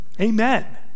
Amen